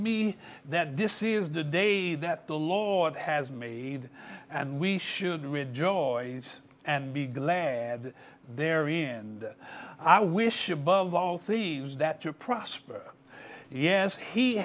me that this is the day that the law has made and we should rejoice and be glad there in that i wish above all things that to prosper yes he